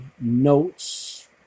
notes